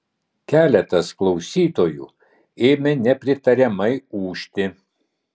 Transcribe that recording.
keletas klausytojų ėmė nepritariamai ūžti